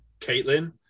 Caitlin